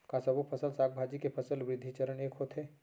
का सबो फसल, साग भाजी के फसल वृद्धि चरण ऐके होथे?